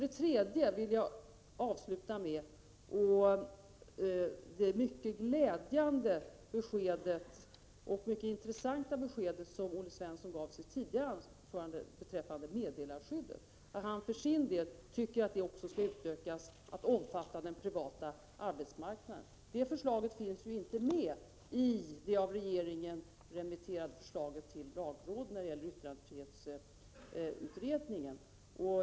å Jag vill avsluta med att säga att det var ett mycket glädjande och intressant besked som Olle Svensson gav i sitt tidigare anförande beträffande meddelarskyddet, nämligen att han för sin del tycker att det bör utökas till att också omfatta den privata arbetsmarknaden. Det finns inte med i det förslag som regeringen har remitterat till lagrådet och som bygger på yttrandefrihetsutredningen.